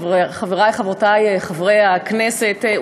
חברי וחברותי חברי הכנסת,